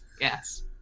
Yes